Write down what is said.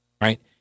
right